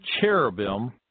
cherubim